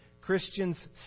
Christians